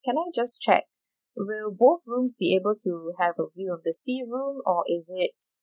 can I just check will both rooms be able to have a view of the sea room or is it